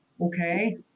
Okay